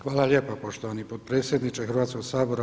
Hvala lijepa poštovani potpredsjedniče Hrvatskog sabora.